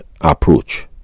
approach